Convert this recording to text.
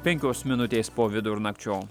penkios minutės po vidurnakčio